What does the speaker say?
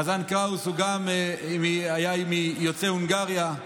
החזן קראוס גם היה מיוצאי הונגריה,